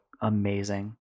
amazing